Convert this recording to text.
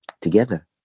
together